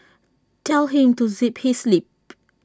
tell him to zip his lip